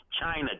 China